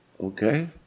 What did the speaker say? okay